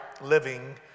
Living